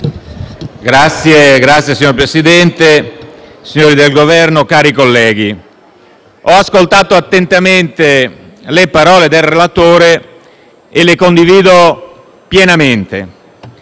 *(FdI)*. Signor Presidente, signori del Governo, cari colleghi, ho ascoltato attentamente le parole del relatore e le condivido pienamente.